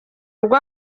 urwo